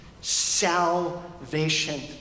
Salvation